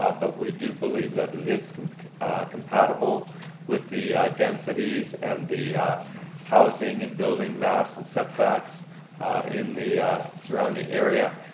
ah but we do believe that it is compatible with the densities and the housing and building mass and set backs in the surrounding area.